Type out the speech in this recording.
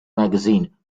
magazine